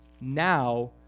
now